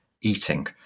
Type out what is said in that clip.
eating